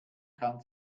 kann